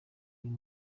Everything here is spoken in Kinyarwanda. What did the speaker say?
uyu